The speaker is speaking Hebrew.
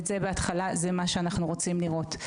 זה מה שאנחנו רוצים לראות.